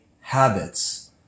habits